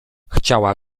chciała